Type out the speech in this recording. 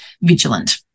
vigilant